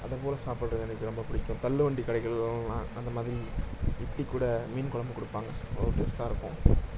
அதுபோல சாப்பிட்றது எனக்கு ரொம்ப பிடிக்கும் தள்ளுவண்டி கடைகள்லாம் அந்தமாதிரி இட்லிகூட மீன்குழம்பு கொடுப்பாங்க அவ்வளோ டேஸ்டாக இருக்கும்